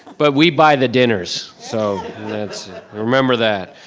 but we buy the dinners, so. remember that.